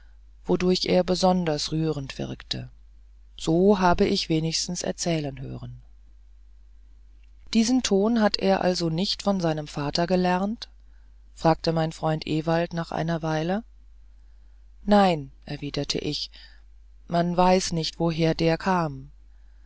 wodurch er besonders rührend wirkte so habe ich wenigstens erzählen hören diesen ton hat er also nicht von seinem vater gelernt sagte mein freund ewald nach einer weile nein erwiderte ich man weiß nicht woher der ihm kam